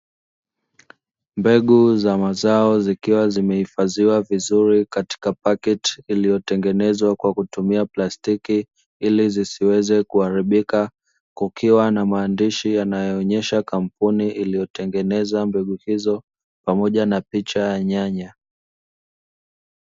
Mbegu za mazao zikiwa zimehifadhiwa vizuri katika paketi, iliyotengenezwa kwa kutumia plastiki, ili zisiweze kuharibika kukiwa na maandishi yanayoonyesha kampuni iliyotengenezwa mbegu hizo pamoja na picha ya nyanya.